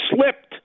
slipped